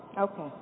Okay